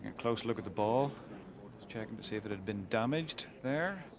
close look at the ball is checking to see if it had been damaged there.